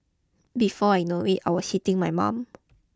before I know it I was hitting my mum